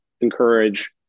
encourage